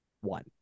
one